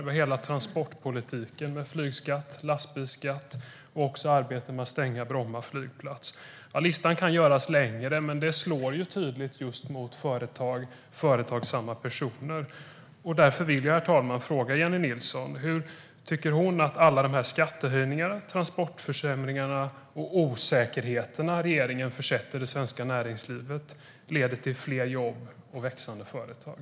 Vi har hela transportpolitiken med flygskatt, lastbilsskatt och arbetet med att stänga Bromma flygplats. Listan kan göras längre, men detta slår tydligt mot just företag och företagsamma personer. Därför vill jag, herr talman, fråga Jennie Nilsson hur hon tycker att alla de här skattehöjningarna, transportförsämringarna och osäkerheterna som regeringen utsätter det svenska näringslivet för leder till fler jobb och växande företag.